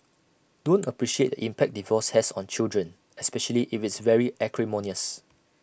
don't appreciate the impact divorce has on children especially if it's very acrimonious